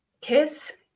Kiss